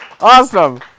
Awesome